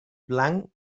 blanc